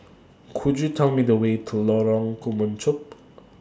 Could YOU Tell Me The Way to Lorong Kemunchup